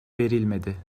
verilmedi